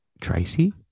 Tracy